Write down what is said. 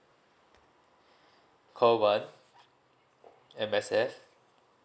call one M_S_F